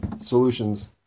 solutions